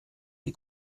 die